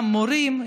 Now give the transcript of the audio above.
גם מורים,